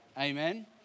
amen